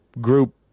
group